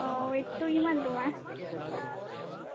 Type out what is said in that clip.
অ ৱেইটটো কিমান তোমাৰ